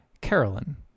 Carolyn